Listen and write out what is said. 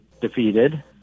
defeated